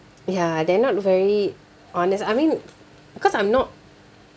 ya they're not very honest I mean cause I'm not